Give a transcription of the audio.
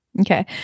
Okay